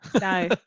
No